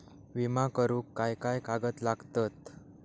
विमा करुक काय काय कागद लागतत?